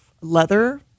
leather